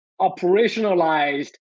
operationalized